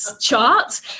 chart